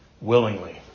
willingly